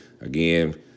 Again